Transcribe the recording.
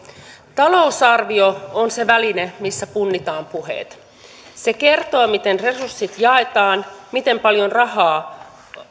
talousarvio on se väline missä punnitaan puheet se kertoo miten resurssit jaetaan miten paljon rahaa